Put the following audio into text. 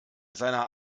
seiner